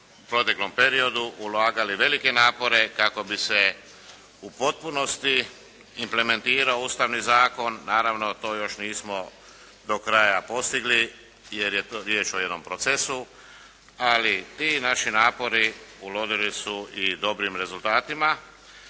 u proteklom periodu ulagali velike napore kako bi se u potpunosti implementirao Ustavni zakon. Naravno to još nismo do kraja postigli, jer je riječ o jednom procesu. Ali ti naši napori urodili su i dobrim rezultatima.